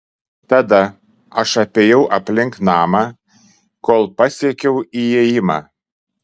tada aš apėjau aplink namą kol pasiekiau įėjimą